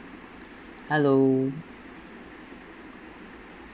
hello